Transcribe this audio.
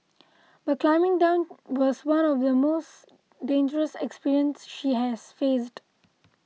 but climbing down was one of the most dangerous experience she has faced